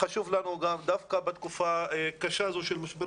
חשוב לנו דווקא בתקופה קשה זו של משבר